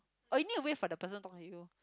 or you need to wait for the person talk to you